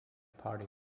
party